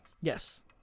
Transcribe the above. Yes